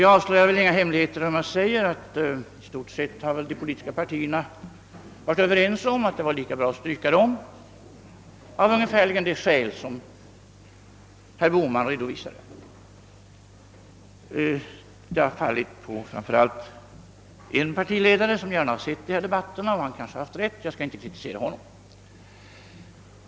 Jag avslöjar nog inga hemligheter när jag säger, att de politiska partierna väl i stort sett varit överens om att det hade varit lika bra att avstå från dem och detta av i huvudsak de skäl som herr Bohman redovisade. Framför allt en partiledare har emellertid gärna sett att vi har dessa debatter och han har kanske haft rätt — jag skall inte kritisera honom.